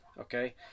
okay